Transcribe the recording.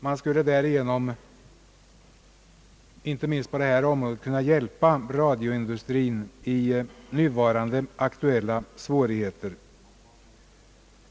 Man skulle därigenom, inte minst på detta område, kunna hjälpa radioindustrien i de aktuella svårigheterna.